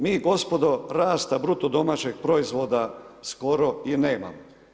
Mi gospodo rasta BDP-a skoro i nemamo.